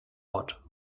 ort